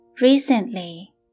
recently